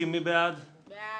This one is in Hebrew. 30 - מי בעד,